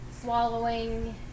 swallowing